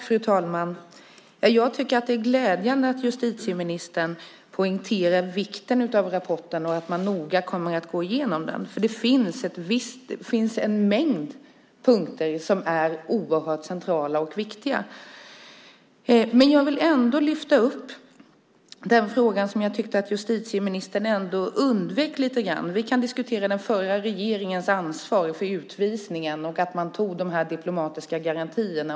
Fru talman! Jag tycker att det är glädjande att justitieministern poängterar vikten av rapporten och att man noga kommer att gå igenom den, för där finns en mängd punkter som är oerhört centrala. Jag vill ändå lyfta fram en fråga som jag tyckte att justitieministern undvek lite grann. Vi kan diskutera den förra regeringens ansvar för utvisningen och de diplomatiska garantierna.